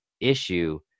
issue